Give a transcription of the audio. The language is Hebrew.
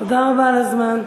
תודה רבה על הזמן.